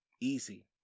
easy